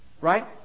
Right